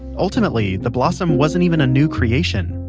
ultimately, the blossom wasn't even a new creation.